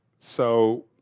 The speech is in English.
so,